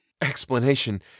Explanation